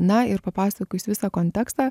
na ir papasakojus visą kontekstą